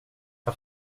jag